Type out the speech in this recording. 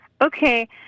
Okay